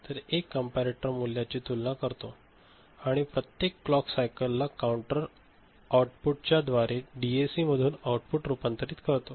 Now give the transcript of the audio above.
तर एक कंपॅरेटर मूल्याची तुलना करतो आणि प्रत्येक क्लॉक सायक ला काउंटर आउटपुट च्या द्वारे डीएसी मधून आऊटपुट रूपांतरित करतो